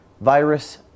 virus